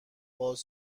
باز